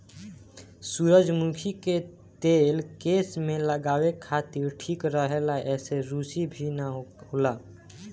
सुजरमुखी के तेल केस में लगावे खातिर ठीक रहेला एसे रुसी भी ना होला